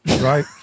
Right